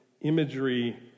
imagery